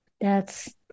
that's-